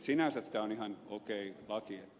sinänsä tämä on ihan okei laki